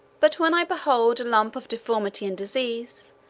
but when i behold a lump of deformity and diseases,